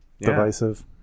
divisive